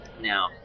Now